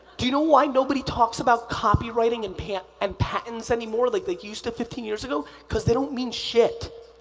do you know why nobody talks about copyrighting and ah and patents anymore, like they used to fifteen years ago? cause they don't mean shit.